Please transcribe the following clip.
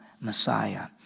Messiah